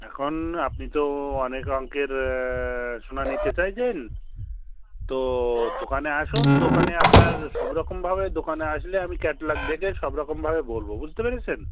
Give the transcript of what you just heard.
এখন আপনি তো অনেক অঙ্কের সোনা নিতে চাইছেন তো দোকানে আসুন দোকানে আপনার সব রকমভাবে দোকানে আসলে আমি ক্যাটালগ দেখে সব রকমভাবে বলব বুঝতে পেরেছেন